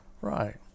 Right